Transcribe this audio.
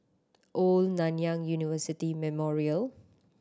Old Nanyang University Memorial